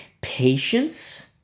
patience